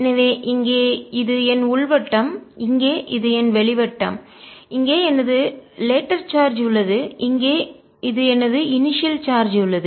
எனவே இங்கே இது என் உள் வட்டம் இங்கே இது என் வெளிவட்டம் இங்கே எனது லேட்டர்பின்னர் உள்ள சார்ஜ் உள்ளது இங்கே இது எனது இன்சியல் சார்ஜ் உள்ளது